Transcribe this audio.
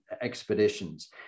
expeditions